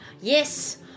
Yes